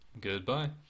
Goodbye